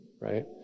right